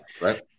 Right